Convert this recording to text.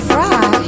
Fry